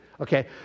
okay